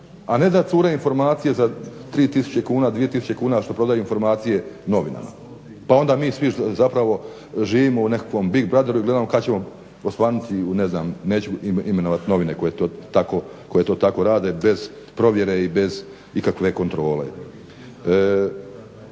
A ne da cure informacije za 3 tisuće kuna, 2 tisuće kuna što prodaju informacije novinama. Pa onda svi mi zapravo živimo u nekakvom Big brotheru i gledamo kada ćemo osvanu u ne znam, ne ću imenovati novine koje to tako rade bez provjere i bez ikakve kontrole.